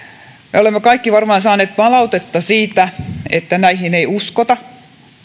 me olemme kaikki varmaan saaneet palautetta siitä että näihin ei uskota